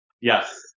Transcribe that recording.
Yes